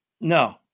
No